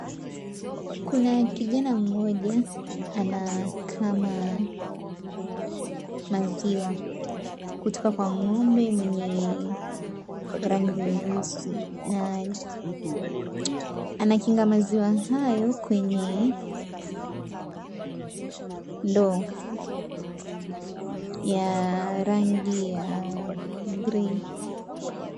Kuna kijana mmoja, anakama maziwa kutoka kwa ng'ombe mwenye rangi nyeusi. Anakinga maziwa hayo kwenye ndoo ya rangi ya grei.